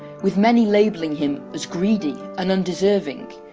with many labelling him as greedy and undeserving,